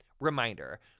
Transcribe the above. Reminder